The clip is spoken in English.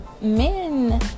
Men